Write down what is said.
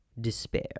despair